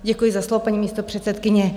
Děkuji za slovo, paní místopředsedkyně.